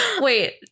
Wait